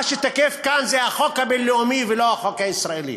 מה שתקף כאן זה החוק הבין-לאומי ולא החוק הישראלי.